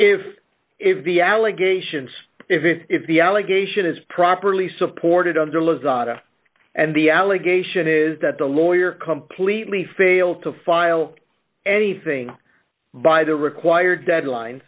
if if the allegations if if if the allegation is properly supported under lives and the allegation is that the lawyer completely failed to file anything by the required deadline